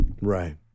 Right